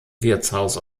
wirtshaus